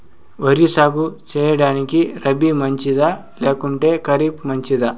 వరి సాగు సేయడానికి రబి మంచిదా లేకుంటే ఖరీఫ్ మంచిదా